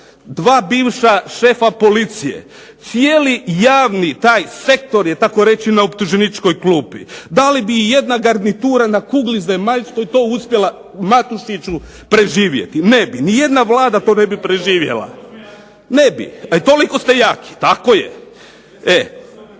dva bivša šefa policije, cijeli javni sektor je tako reći na optuženičkoj klupi. Da li bi i jedna garnitura na kugli zemaljskoj to uspjela Matušiću to preživjeti? Ne bi. Nijedna vlada to ne bi preživjela. Ne bi. Toliko ste jaki. Tako je. Ne